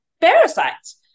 parasites